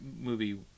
movie